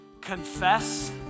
confess